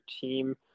team